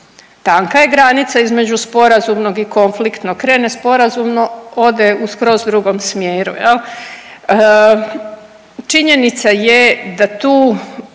Tanka je granica između sporazumnog i konfliktnog, krene sporazumno, ode u skroz drugom smjeru, je li? Činjenica je da tu